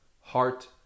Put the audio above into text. heart